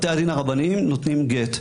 בתי הדין הרבניים נותנים גט.